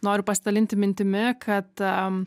noriu pasidalinti mintimi kad